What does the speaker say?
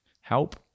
help